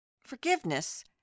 Forgiveness